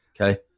Okay